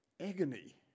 agony